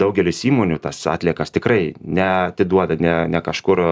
daugelis įmonių tas atliekas tikrai ne atiduoda ne ne kažkur